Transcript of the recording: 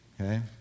Okay